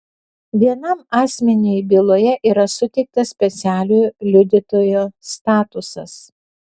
vienam asmeniui byloje yra suteiktas specialiojo liudytojo statusas